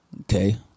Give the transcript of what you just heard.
Okay